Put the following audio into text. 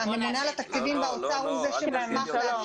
הממונה על התקציבים באוצר הוא זה שמאשר.